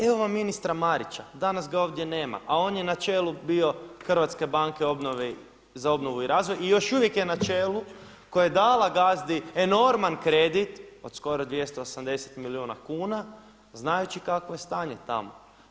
Evo vam ministra Marića, danas ga ovdje nema, a on je na čelu bio Hrvatske banke za obnovu i razvoj i još uvijek je na čelu koja je dala gazdi enorman kredit od skoro 280 milijuna kuna znajući kakvo je stanje tamo.